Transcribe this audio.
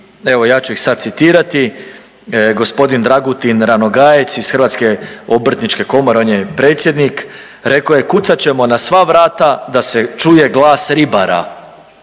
evo ja ću ih sad citirati. Gospodin Dragutin Ranogajec iz Hrvatske obrtničke komore on je predsjednik rekao je, kucat ćemo na sva vrata da se čuje glas ribara.